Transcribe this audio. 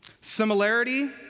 Similarity